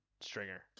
stringer